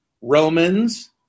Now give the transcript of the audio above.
Romans